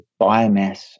biomass